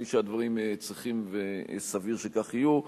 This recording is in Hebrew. כפי שהדברים צריכים וסביר שכך יהיו.